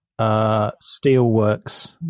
steelworks